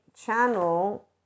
channel